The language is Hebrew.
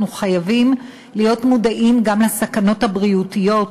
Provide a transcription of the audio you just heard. אנחנו חייבים להיות מודעים גם לסכנות הבריאותיות,